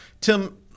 Tim